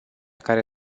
care